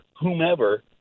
whomever